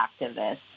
activists